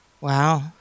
Wow